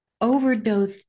overdose